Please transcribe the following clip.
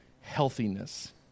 healthiness